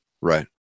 Right